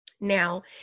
Now